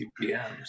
CPMs